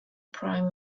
prime